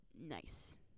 Nice